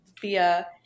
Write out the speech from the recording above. via